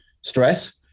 stress